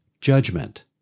judgment